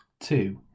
two